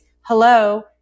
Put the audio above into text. Hello